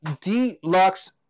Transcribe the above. deluxe